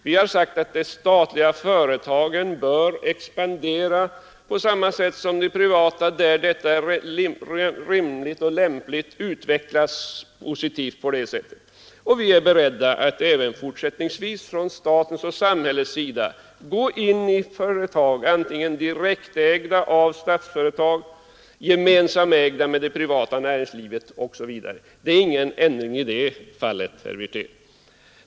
Vi har sagt att de statliga företagen bör expandera på samma sätt som de privata, där detta är rimligt och lämpligt. På det sättet skall de utvecklas positivt. Vi är beredda att även fortsättningsvis från statens och samhällets sida gå in i företag — direktägda av Statsföretag, ägda gemensamt med det privata näringslivet osv. Det är ingen ändring i det fallet, herr Wirtén.